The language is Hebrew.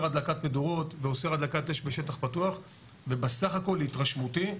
הדלקת מדורות ואוסר הדלקת אש בשטח פתוח ובסך הכל להתרשמותי,